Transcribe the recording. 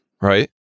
Right